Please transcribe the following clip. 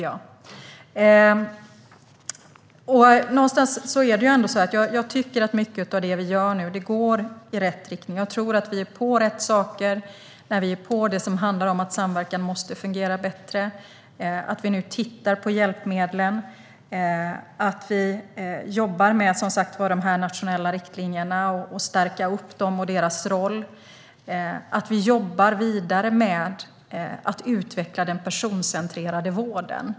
Jag tycker att mycket av det vi nu gör går i rätt riktning. Jag tror att vi är på rätt saker när vi är på det som handlar om att samverkan måste fungera bättre, att vi tittar på hjälpmedlen, att vi jobbar med de nationella riktlinjerna och med att stärka dem och deras roll och att vi jobbar vidare med att utveckla den personcentrerade vården.